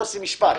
יוסי, משפט.